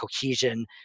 cohesion